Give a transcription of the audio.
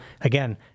Again